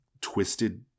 twisted